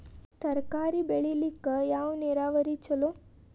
ತರಕಾರಿ ಬೆಳಿಲಿಕ್ಕ ಯಾವ ನೇರಾವರಿ ಛಲೋ?